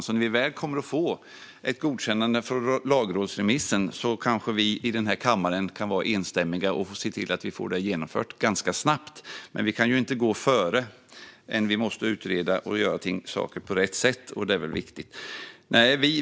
När vi väl får ett godkännande av lagrådsremissen kanske vi kan vara samstämmiga i kammaren och se till att vi får detta genomfört ganska snabbt. Men vi kan inte gå före. Vi måste utreda och göra saker på rätt sätt. Det är viktigt.